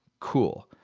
cool.